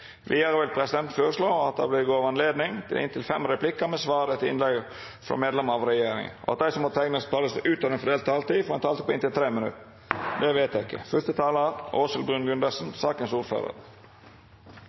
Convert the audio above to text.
Vidare vil presidenten føreslå at det vert gjeve anledning til fem replikkar med svar etter innlegg frå medlemer av regjeringa, og at dei som måtte teikna seg på talarlista utover den fordelte taletida, har ei taletid på inntil 3 minutt. – Det er vedteke.